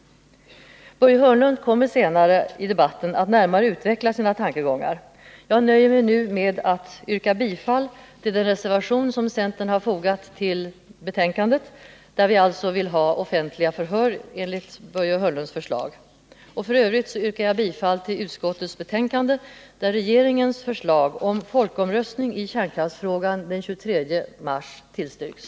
Börje Hörnlund kommer senare i debatten att närmare utveckla sina tankegångar. Jag nöjer mig nu med att yrka bifall till den reservation som centern har fogat till betänkandet, där vi alltså vill ha offentliga förhör enligt Börje Hörnlunds förslag, och i övrigt yrkar jag bifall till hemställan i utskottets betänkande, där regeringens förslag om folkomröstning i kärnkraftsfrågan den 23 mars tillstyrks.